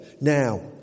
now